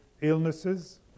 illnesses